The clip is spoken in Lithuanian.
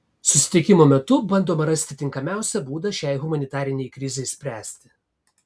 susitikimo metu bandoma rasti tinkamiausią būdą šiai humanitarinei krizei spręsti